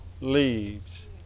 leaves